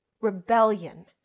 rebellion